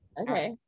Okay